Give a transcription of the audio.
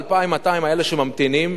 2,200 האלה שממתינים,